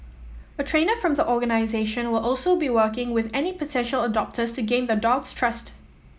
a trainer from the organisation will also be working with any potential adopters to gain the dog's trust